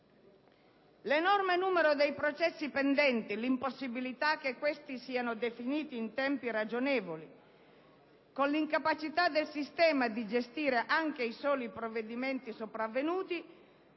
L'enorme numero dei processi pendenti, l'impossibilità che questi siano definiti in tempi ragionevoli con l'incapacità del sistema di gestire anche i soli provvedimenti sopravvenuti